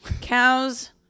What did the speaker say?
Cows